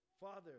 Father